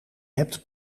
hebt